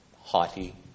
haughty